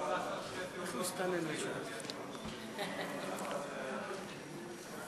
אני יכול לעשות שתי פעולות במקביל,